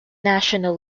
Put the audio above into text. national